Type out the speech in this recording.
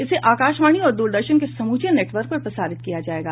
इसे आकाशवाणी और दूरदर्शन के समूचे नटवर्क पर प्रसारित किया जायेगा